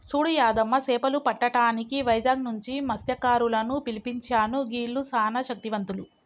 సూడు యాదయ్య సేపలు పట్టటానికి వైజాగ్ నుంచి మస్త్యకారులను పిలిపించాను గీల్లు సానా శక్తివంతులు